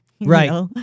Right